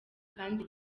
kandi